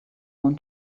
going